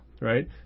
right